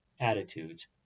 attitudes